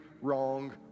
wrong